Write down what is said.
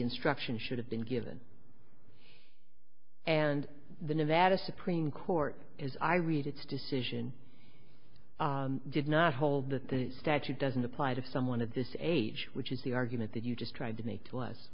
instruction should have been given and the nevada supreme court as i read its decision did not hold that the statute doesn't apply to someone of this age which is the argument that you just tried to make to us